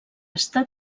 està